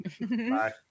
Bye